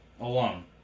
Alone